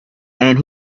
and